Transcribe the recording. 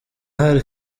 hari